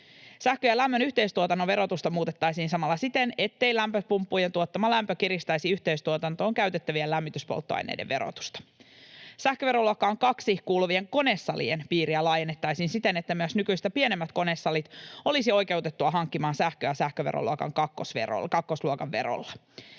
Sähkön ja lämmön yhteistuotannon verotusta muutettaisiin samalla siten, ettei lämpöpumppujen tuottama lämpö kiristäisi yhteistuotantoon käytettävien lämmityspolttoaineiden verotusta. Sähköveroluokkaan II kuuluvien konesalien piiriä laajennettaisiin siten, että myös nykyistä pienemmät konesalit olisivat oikeutettuja hankkimaan sähköä kakkosluokan sähköverolla.